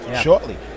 shortly